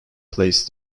places